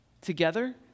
together